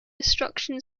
destruction